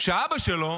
שאבא שלו